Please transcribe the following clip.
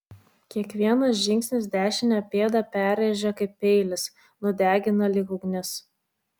kiekvienas žingsnis dešinę pėdą perrėžia kaip peilis nudegina lyg ugnis